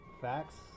facts